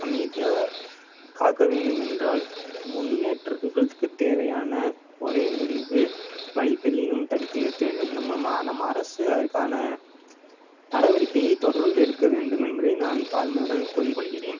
அமைதியா காக்க வேண்டுமென்றால் முன்னேற்றத்துக்கு தேவையான ஒரே முடிவு வழிபறியும் நம் தடுத்து நிறுத்த வேண்டும் நம்ம நம்ம அரசு அதுக்கான நடவடிக்கையே தொடர்ந்து எடுக்க வேண்டும் என்பதே நான் தாழ்மையுடன் கேட்டுக் கொள்கிறேன்